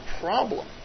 problem